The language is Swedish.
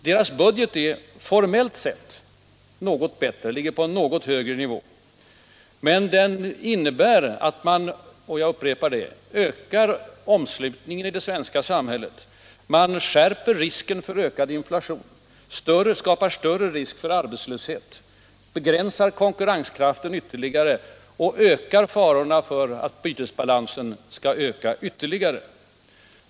Deras budget ligger formellt sett på en något högre nivå, men den innebär att man ökar omslutningen i det svenska samhället, skärper risken för ökad inflation, skapar större risk för arbetslöshet, begränsar konkurrenskraften ytterligare och ökar farorna för att underskottet i bytesbalansen blir ännu större.